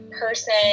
person